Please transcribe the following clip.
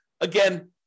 Again